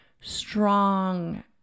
strong